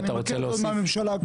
אני מכיר את זה עוד מהממשלה הקודמת.